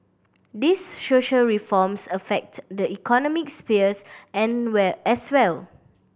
these social reforms affect the economic sphere and well as well